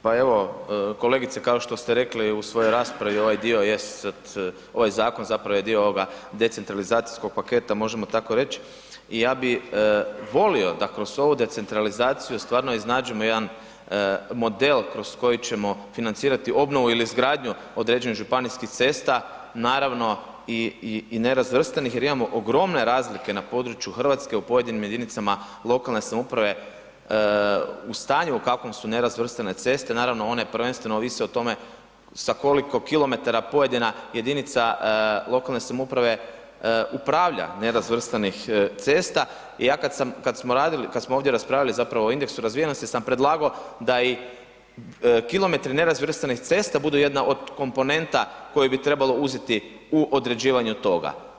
Pa evo, kolegice kao što ste rekli u svojoj raspravi, ovaj dio jest, ovaj zakon zapravo je dio ovoga decentralizacijskog paketa, možemo tako reć i ja bi volio da kroz ovu decentralizaciju stvarno iznađemo jedan model kroz koji ćemo financirati obnovu ili izgradnju određenih županijskih cesta, naravno i, i nerazvrstanih jer imamo ogromne razlike na području RH u pojedinim jedinicama lokalne samouprave u stanju u kakvom su nerazvrstane ceste, naravno one prvenstveno ovise o tome sa koliko kilometara pojedina jedinica lokalne samouprave upravlja nerazvrstanih cesta, ja kad smo radili kad smo ovdje raspravljali zapravo i indeksu razvijenosti sam predlagao da i kilometri nerazvrstanih cesta budu jedna od komponenta koje bi trebalo uzeti u određivanju toga.